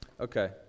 Okay